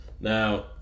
Now